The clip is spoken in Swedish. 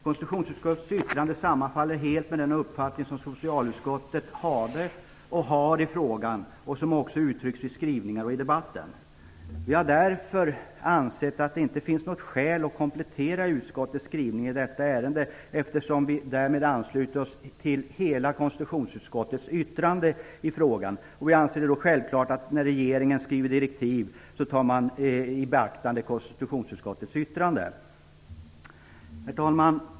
Konstitutionsutskottets yttrande sammanfaller helt med den uppfattning som socialutskottet hade och har i frågan, som också uttrycks i skrivningar och i debatten. Vi har därför ansett att det inte finns något skäl att komplettera utskottets skrivning i detta ärende, eftersom vi därmed ansluter oss till hela konstitutionsutskottets yttrande i frågan. Vi anser det självklart att regeringen när man skriver direktiv tar konstitutionsutskottets yttrande i beaktande. Herr talman!